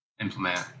implement